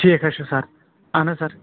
ٹھیٖک حظ چھُ سَر اَہَن حظ سَر